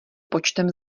počtem